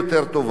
האמת,